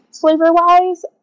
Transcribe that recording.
flavor-wise